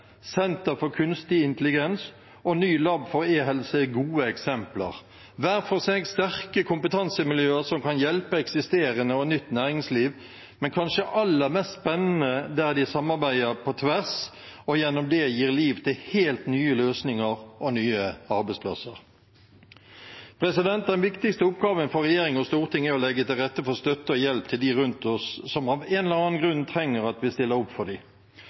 senter for kunstig intelligens og ny lab for eHelse er gode eksempler: hver for seg sterke kompetansemiljøer som kan hjelpe eksisterende og nytt næringsliv, men kanskje aller mest spennende der de samarbeider på tvers, og gjennom det gir liv til helt nye løsninger og nye arbeidsplasser. Den viktigste oppgaven for regjering og storting er å legge til rette for støtte og hjelp til dem rundt oss som av en eller annen grunn trenger at vi stiller opp for dem. Å få folk i arbeid er et av de